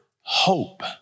hope